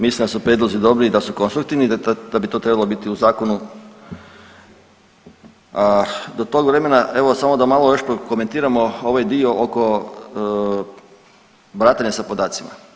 Mislim da su prijedlozi dobri i da su konstruktivni, da bi to trebalo biti u zakonu, a do tog vremena, evo, samo da malo još prokomentiramo ovaj dio oko baratanja sa podacima.